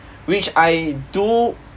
which I do